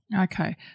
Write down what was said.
Okay